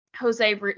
jose